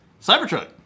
Cybertruck